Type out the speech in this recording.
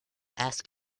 ask